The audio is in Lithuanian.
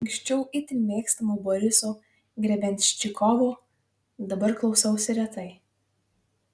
anksčiau itin mėgstamo boriso grebenščikovo dabar klausausi retai